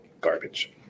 garbage